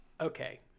Okay